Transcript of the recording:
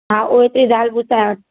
हा उहो एतिरी दाल पिसाइ वठि